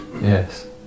Yes